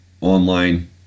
online